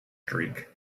streak